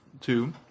two